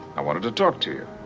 i wanted to talk to you.